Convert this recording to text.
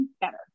better